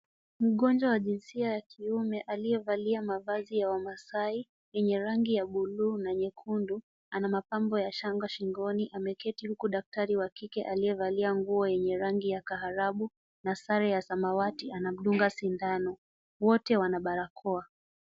Mgonjwa wa jinsia wa kiume aliyevalia mavazi ya wamaasai wenye rangi ya buluu na nyekundu ana mapambo ya shanga shingoni ameketi huku daktari wa kike aliyevalia nguo yenye rangi ya dhahabu na sare ya samawati anamdunga sindano wote wana barakoa.